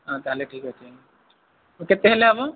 ହଁ ତା'ହେଲେ ଠିକ୍ ଅଛି କେତେ ହେଲେ ହେବ